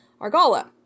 argala